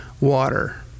water